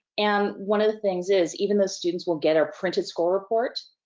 and, one of the things is, even though students will get our printed score report.